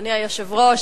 אדוני היושב-ראש,